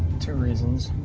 two reasons